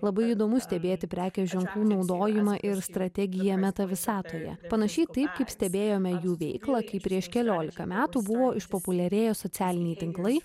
labai įdomu stebėti prekės ženklų naudojimą ir strategiją metavisatoje panašiai taip kaip stebėjome jų veiklą kai prieš keliolika metų buvo išpopuliarėję socialiniai tinklai